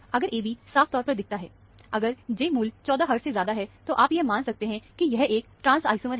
अगर AB साफ तौर पर दिखता है अगर J मूल्य 14 हर्टज से ज्यादा है तब आप यह मान सकते हैं कि यह एक ट्रांस आइसोमर है